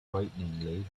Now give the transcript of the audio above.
frighteningly